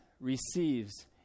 receives